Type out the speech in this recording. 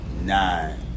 nine